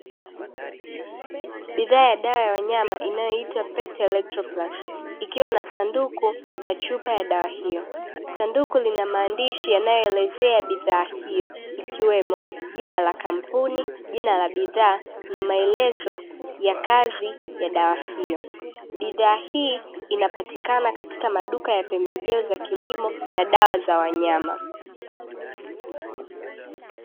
Bidhaa ya dawa ya wanyama inayoitwa "pete-electroplas" ikiwa na sanduku la chupa ya dawa hiyo sanduku lina maandishi yanayoelezea bidhaa hiyo ikiwemo jina la kampuni, jina la bidhaa na maelezo ya kazi ya dawa hiyo, bidhaa hii inapatikana katika maduka ya pembejeo za kilimo na dawa za wanyama.